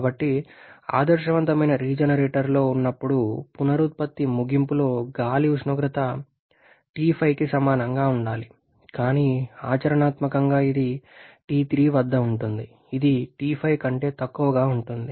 కాబట్టి ఆదర్శవంతమైన రీజెనరేటర్లో ఉన్నప్పుడు పునరుత్పత్తి ముగింపులో గాలి ఉష్ణోగ్రత T5కి సమానంగా ఉండాలి కానీ ఆచరణాత్మకంగా ఇది T3 వద్ద ఉంటుంది ఇది T5 కంటే తక్కువగా ఉంటుంది